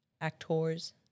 actors